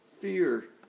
fear